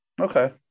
Okay